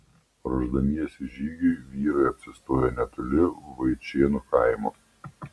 ruošdamiesi žygiui vyrai apsistojo netoli vaičėnų kaimo